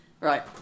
Right